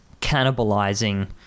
cannibalizing